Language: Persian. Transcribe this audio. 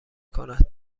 کند